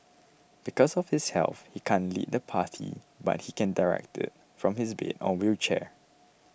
because of his health he can't lead the party but he can direct it from his bed or wheelchair